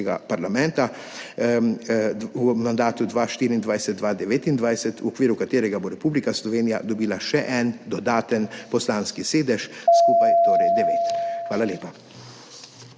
parlamenta v mandatu 2024–2029, v okviru katerega bo Republika Slovenija dobila še en dodaten poslanski sedež, skupaj torej devet. Hvala lepa.